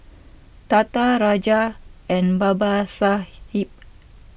Tata Raja and Babasaheb